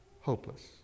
hopeless